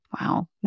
Wow